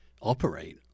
operate